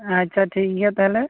ᱟᱪᱪᱷᱟ ᱴᱷᱤᱠ ᱜᱮᱭᱟ ᱛᱟᱦᱚᱞᱮ